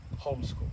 homeschool